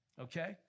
okay